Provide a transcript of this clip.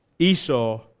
Esau